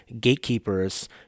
gatekeepers